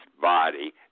body